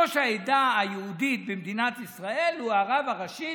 ראש העדה היהודית במדינת ישראל הוא הרב הראשי,